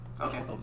Okay